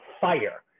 fire